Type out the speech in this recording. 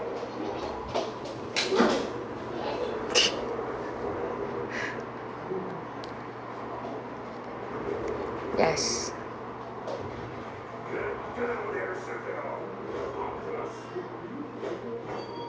yes